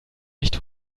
nicht